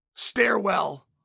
stairwell